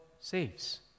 saves